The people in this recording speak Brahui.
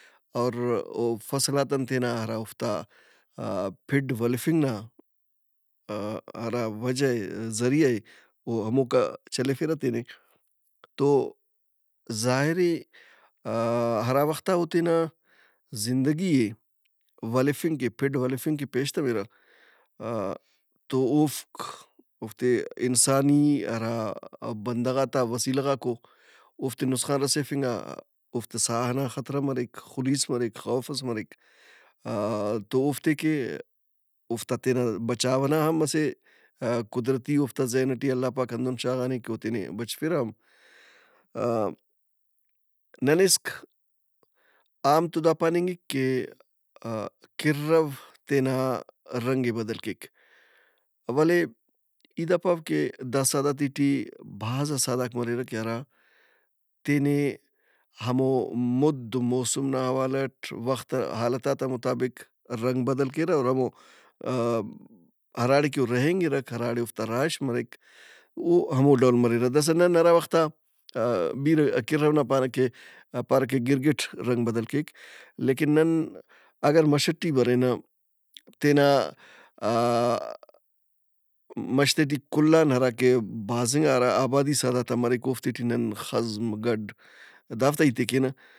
اوراو فصلات ان تینا ہرا اوافتا ا- پِھڈ ولّفنگ نا ہرا وجہ اے ذریعہ اے۔ او ہموک آ چلیفِرہ تینے۔ تو ظاہر اے ہراوخت آ او تینا زندگی ئے ولفِنگ کہ، پِھڈ ولفنگ کہ پیش تمرہ تو اوفک اوفتے انسانی ہرا بندغات آ وسیلہ غاک او، اوفتے نسخان رسیفنگ آ اوفتے ساہ ئنا خطرہ مریک، خُلیس مریک، خوفس مریک۔ آ- تو اوفتے کہ اوفتا تینا بچاؤ نا ہم اسہ قدرتی اوفتا ذہن ئٹی اللہ پاک ہندن شاغانے کہ او تینے بچفرہ ہم۔ ننے اِسک عام تو دا پانِنگک کہ کِرَّو تینا رنگ ئے بدل کیک۔ ولے ای دا پاو کہ دا سہدارتے ٹی بھازا سہدارک مریرہ کہ ہرا تینے ہمو مُد وموسم نا حوالہ اٹ، وخت حالتات آ مطابق رنگ بدل کیرہ اور ہمو ہراڑے او رہینگِرک، ہراڑے اوفتا رہائش مریک او ہمو ڈول مریرہ۔ داسا ننا ہرا وختا بیرہ کِرّو نا پارہ کہ پارہ کہ گِرگِٹ رنگ بدل کیک لیکن نن اگہ مَش ئٹی مرینہ تینا ا-آ- مَشتے ٹی کُل آن ہراکہ بھازِنگا ہرا آبادی سہدارت آ مریک اوفتے ٹی نن خزم، گَڈ دافتا ہیت ئے کینہ۔